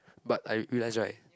but I realize right